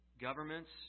governments